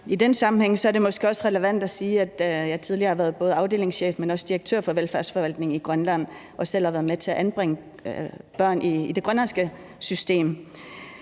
I den sammenhæng er det måske også relevant at sige, at jeg tidligere har været både afdelingschef i, men også direktør for Velfærdsforvaltningen i Grønland og selv har været med til at anbringe børn i det grønlandske system.